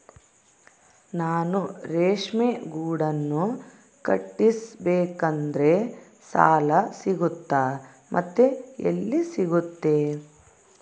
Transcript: ನಾನು ರೇಷ್ಮೆ ಗೂಡನ್ನು ಕಟ್ಟಿಸ್ಬೇಕಂದ್ರೆ ಸಾಲ ಸಿಗುತ್ತಾ ಮತ್ತೆ ಎಲ್ಲಿ ಸಿಗುತ್ತೆ?